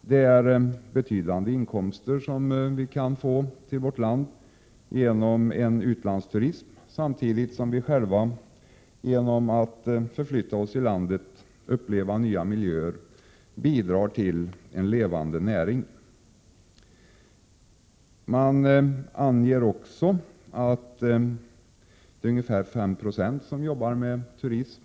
Vi kan få omfattande inkomster till vårt land genom turister från utlandet, samtidigt som vi själva genom att förflytta oss i landet och uppleva nya miljöer bidrar till en levande näring. Det anges också i betänkandet att det är ungefär 5 70 av de förvärvsarbetande som arbetar med turism.